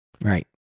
Right